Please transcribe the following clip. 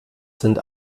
sind